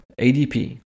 ADP